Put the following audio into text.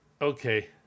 Okay